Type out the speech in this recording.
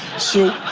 so,